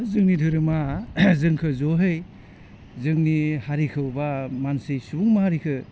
जोंनि धोरोमा जोंखो जहै जोंनि हारिखौ बा मानसि सुबुं माहारिखो